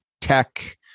tech